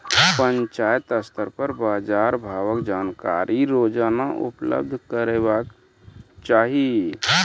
पंचायत स्तर पर बाजार भावक जानकारी रोजाना उपलब्ध करैवाक चाही?